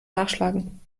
nachschlagen